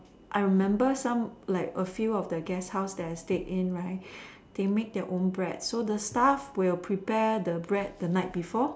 I remember some like a few of the guest house that I stayed in right they make their own bread so the staff will prepare the bread the night before